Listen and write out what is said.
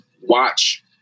watch